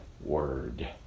word